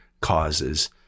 causes